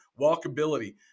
walkability